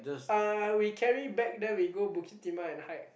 uh we carry bag then we go Bukit-Timah and hike